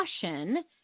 caution